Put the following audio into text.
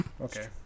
Okay